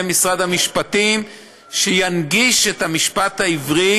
משרד המשפטים שינגיש את המשפט העברי.